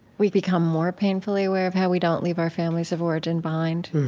we become more painfully aware of how we don't leave our families of origin behind.